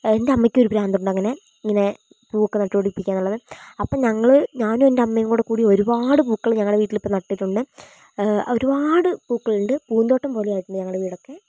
എൻ്റെ അമ്മയ്ക്കും ഒരു പ്രാന്തുണ്ടങ്ങിനെ ഇങ്ങനെ പൂ ഒക്കെ നട്ടുപിടിപ്പിക്കാന്നുള്ളത് അപ്പം ഞങ്ങള് ഞാനും എൻ്റെ അമ്മയും കൂടെക്കൂടി ഒരുപാട് പൂക്കള് ഞങ്ങളെ വീട്ടിലിപ്പം നട്ടിട്ടുണ്ട് ഒരുപാട് പൂക്കളുണ്ട് പൂന്തോട്ടം പോലെയായിട്ടുണ്ട് ഞങ്ങടെ വീടൊക്കെ